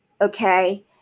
Okay